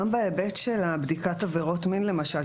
גם בהיבט של בדיקת עבירות מין למשל,